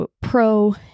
pro